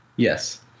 Yes